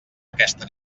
aquesta